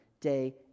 day